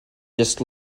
just